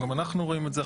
גם אנחנו רואים את זה,